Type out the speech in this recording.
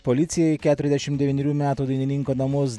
policijai keturiasdešim devynerių metų dainininko namus